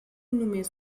només